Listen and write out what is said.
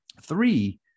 three